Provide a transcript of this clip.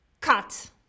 cut